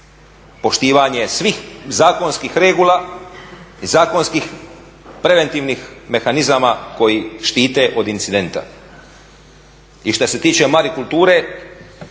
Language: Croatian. poštivanje svih zakonskih regula i zakonskih preventivnih mehanizama koji štite od incidenta. I što se tiče marikulture,